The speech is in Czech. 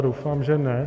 Doufám, že ne.